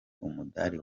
umudari